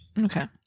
Okay